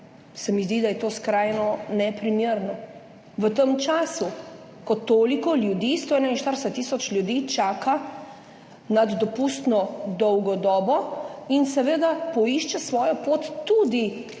Se mi zdi, da je to skrajno neprimerno v tem času, ko toliko ljudi, 141 tisoč ljudi čaka nad dopustno dolgo dobo in seveda poišče svojo pot tudi